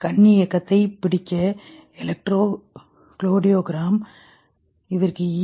கண் இயக்கத்தைப் பிடிக்க எலக்ட்ரோகுலோகிராம் இதற்கு ஈ